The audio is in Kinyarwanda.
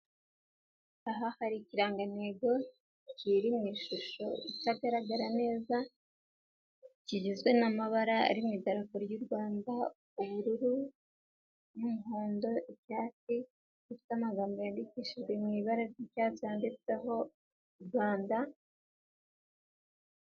Aha hari ikiran intego kiri mu ishusho itagaragara neza, kigizwe n'amabara ari mu idarapo ry'u Rwanda, ubururu n'umuhondo icyatsi, rifite amagambo yandikishijwe mu ibara ry'icyatsi yanditsweho Rwanda.